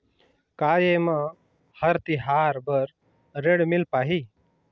का ये म हर तिहार बर ऋण मिल पाही?